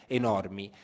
enormi